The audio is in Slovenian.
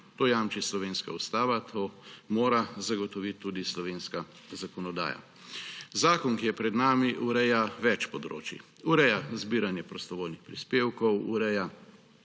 To jamči slovenska ustava, to mora zagotoviti tudi slovenska zakonodaja. Zakon, ki je pred nami, ureja več področij. Ureja zbiranje prostovoljnih prispevkov, ureja